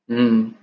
mm